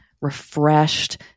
refreshed